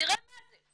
תראה מה זה,